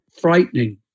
frightening